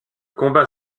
combat